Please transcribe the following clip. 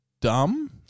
dumb